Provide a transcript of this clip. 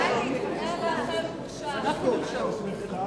אין לכם בושה.